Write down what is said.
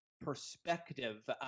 perspective